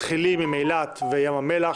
מתחילים עם אילת וים המלח,